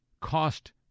cost